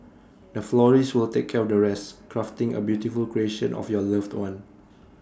the florist will take care the rest crafting A beautiful creation of your loved one